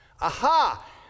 Aha